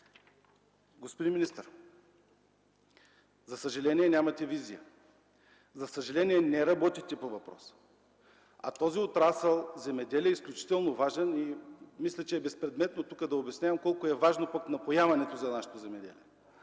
Господин министър, за съжаление, нямате визия! За съжаление, не работите по въпроса! А този отрасъл – „Земеделие”, е изключително важен и мисля, че е безпредметно да обяснявам тук колко е важно пък напояването за нашето земеделие.